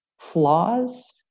flaws